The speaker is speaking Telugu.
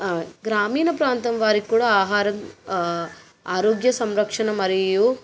గ్రామీణ ప్రాంతం వారిక్కూడా ఆహారం ఆరోగ్య సంరక్షణ మరియు